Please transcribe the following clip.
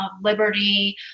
liberty